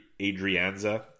Adrianza